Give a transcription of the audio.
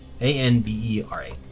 A-N-B-E-R-A